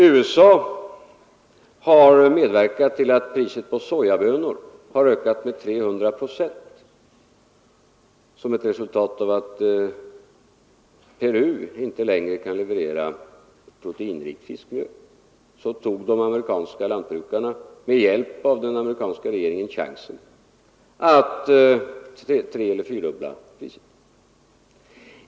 USA har medverkat till att priset på sojabönor har ökat med 300 procent. När Peru inte längre kunde leverera proteinrikt fiskmjöl tog de amerikanska lantbrukarna, med hjälp av den amerikanska regeringen, chansen att treeller fyrdubbla priset.